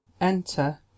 enter